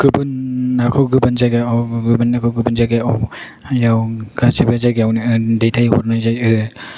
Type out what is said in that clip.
गुबुन नाखौ गुबुन जायगायाव गुबुन जायगायाव गासैबो जायगायावनो दैथायहरनाय जायो